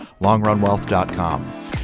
LongRunWealth.com